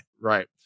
right